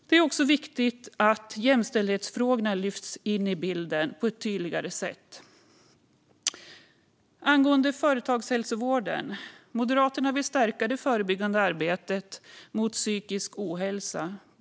Det är också viktigt att jämställdhetsfrågorna lyfts in i bilden på ett tydligare sätt. När det gäller företagshälsovården vill Moderaterna stärka det förebyggande arbetet mot psykisk ohälsa.